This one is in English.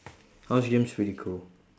house gym's pretty cool